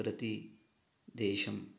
प्रति देशम्